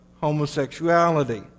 homosexuality